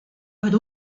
per